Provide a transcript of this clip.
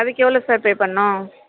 அதற்கு எவ்வளோ sir pay பண்ணும்